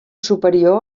superior